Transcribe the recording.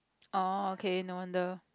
oh okay no wonder